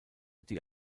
die